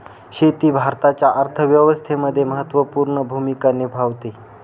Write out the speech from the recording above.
शेती भारताच्या अर्थव्यवस्थेमध्ये महत्त्वपूर्ण भूमिका निभावते